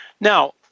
Now